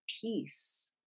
peace